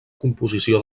composició